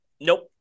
Nope